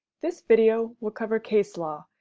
this video will cover case law,